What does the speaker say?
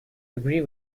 agree